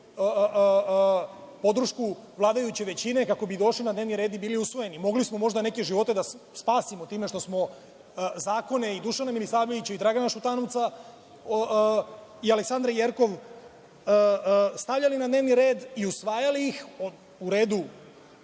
podršku vladajuće većine, kako bi došli na dnevni red i bili usvojeni. Mogli smo možda neke živote da spasimo time što smo zakone i Dušana Milisavljevića i Dragana Šutanovca i Aleksandre Jerkov stavljali na dnevni red i usvajali ih, u redu,